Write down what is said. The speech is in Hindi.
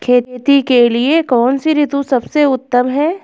खेती के लिए कौन सी ऋतु सबसे उत्तम है?